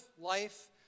life